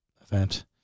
event